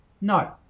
No